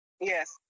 Yes